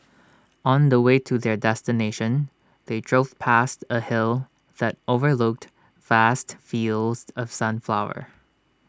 on the way to their destination they drove past A hill that overlooked vast fields of sunflowers